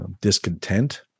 discontent